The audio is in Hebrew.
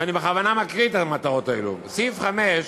ואני בכוונה מקריא את המטרות האלה, סעיף (5),